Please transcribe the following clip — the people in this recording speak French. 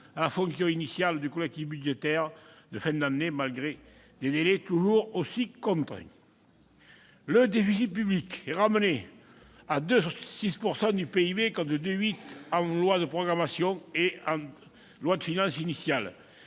la fonction initiale du collectif budgétaire de fin d'année, malgré des délais toujours aussi contraints. Le déficit public est ramené à 2,6 % du PIB, contre 2,8 % en loi de programmation et en loi de finances initiale,